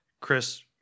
Chris